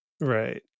Right